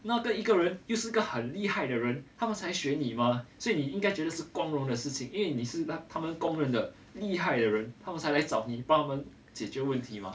那对一个人又是个很厉害的人他们才选你嘛那你应该觉得是光荣的事情因为你是他们公认的厉害的人他们才来找你把他们解决问题吗